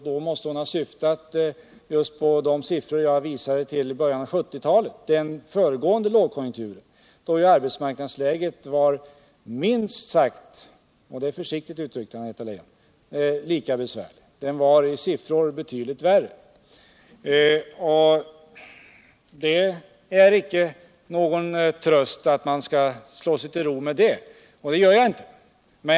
Då mäste hon ha syftat på de siffror som jag hänvisade till från början av 1970-talet rörande den föregående lågkonjunkturen, dä arbetsmarknadsläget var minst sagt — och det är försiktigt uttryckt, Anna-Greta Leijon — lika besvärligt. Det var i siffror betydligt värre. Det är dock inte någon tröst. Jag skall inte heller slå mig till ro med det.